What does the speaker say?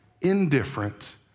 indifferent